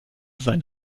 sein